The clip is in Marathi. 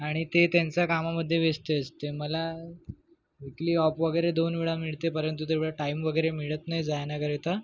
आणि ते त्यांच्या कामामध्ये व्यस्त असते मला विकली ऑफ वगैरे दोनवेळा मिळते परंतु तेवढा टाईम वगैरे मिळत नाही जाण्याकरता